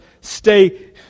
stay